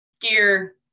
gear